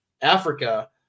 Africa